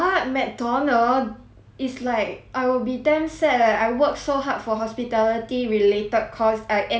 is like I will be damn sad leh I work so hard for hospitality related course I end up in McDonald's eh